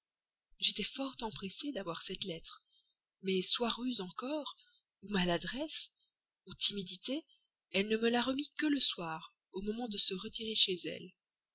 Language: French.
j'étais fort empressé d'avoir cette lettre mais soit ruse encore ou maladresse ou timidité elle ne me la remit que le soir au moment de se retirer chez elle